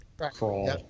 Crawl